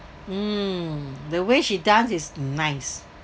mm the way she dance is nice